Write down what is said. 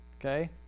Okay